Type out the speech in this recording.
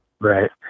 Right